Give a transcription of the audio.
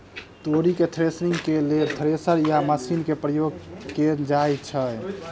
तोरी केँ थ्रेसरिंग केँ लेल केँ थ्रेसर या मशीन केँ प्रयोग कैल जाएँ छैय?